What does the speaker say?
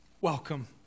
welcome